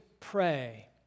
pray